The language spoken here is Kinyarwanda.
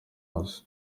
maso